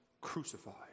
crucified